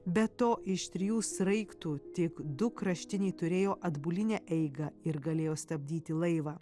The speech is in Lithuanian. be to iš trijų sraigtų tik du kraštiniai turėjo atbulinę eigą ir galėjo stabdyti laivą